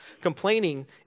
Complaining